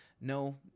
no